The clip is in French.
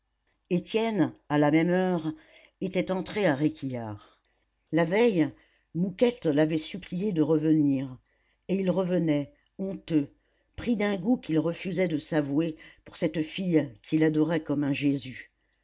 étienne à la même heure était entré à réquillart la veille mouquette l'avait supplié de revenir et il revenait honteux pris d'un goût qu'il refusait de s'avouer pour cette fille qui l'adorait comme un jésus